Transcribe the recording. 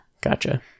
Gotcha